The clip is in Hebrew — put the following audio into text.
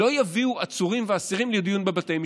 לא יביאו עצורים ואסירים לדיון בבתי משפט.